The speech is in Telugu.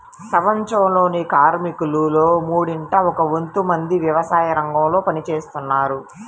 ప్రపంచంలోని కార్మికులలో మూడింట ఒక వంతు మంది వ్యవసాయరంగంలో పని చేస్తున్నారు